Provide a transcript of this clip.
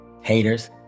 Haters